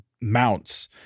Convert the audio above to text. mounts